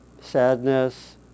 sadness